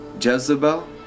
Jezebel